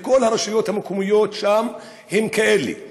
וכל הרשויות המקומיות שם הן כאלה.